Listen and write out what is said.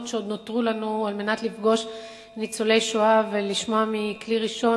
שעוד נותרו לנו על מנת לפגוש ניצולי שואה ולשמוע מכלי ראשון,